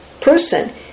person